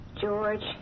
George